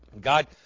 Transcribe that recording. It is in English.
God